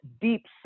deep